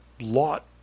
lot